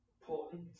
Important